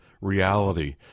reality